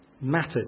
mattered